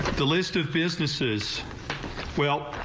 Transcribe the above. the list of businesses wheel.